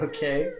Okay